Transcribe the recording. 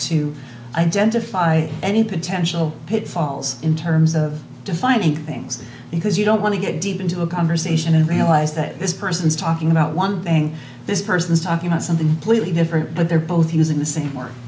to identify any potential pitfalls in terms of defining things because you don't want to get deep into a conversation and realize that this person is talking about one thing this person is talking about something please different but they're both using the same or